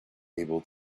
able